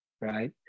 right